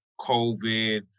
COVID